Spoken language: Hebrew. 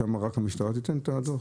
שם רק המשטרה תיתן את הדוח?